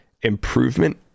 improvement